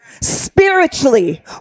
spiritually